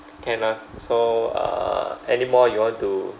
can lah so uh anymore you want to